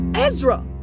Ezra